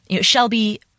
Shelby